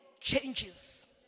changes